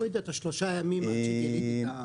להוריד את שלושת הימים עד שגיליתי.